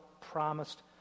promised